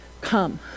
come